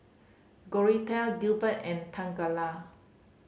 Gorathea Gilbert and Tangela